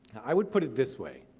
i would put it this way